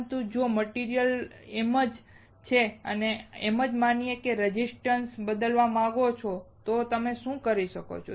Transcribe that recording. પરંતુ જો મટીરીયલ એમ જ છે એમ માનીને તમે રેઝિસ્ટન્સ બદલવા માંગો છો તો તમે શું કરી શકો